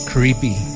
Creepy